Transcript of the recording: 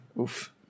oof